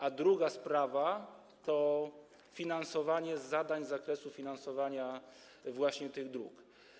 A druga sprawa to finansowanie zadań z zakresu finansowania właśnie tych dróg.